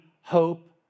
hope